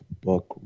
book